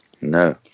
No